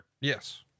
Yes